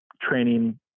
training